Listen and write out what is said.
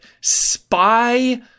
spy